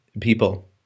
people